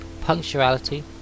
punctuality